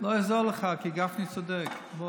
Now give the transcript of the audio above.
לא יעזור לך, כי גפני צודק.